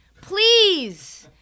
please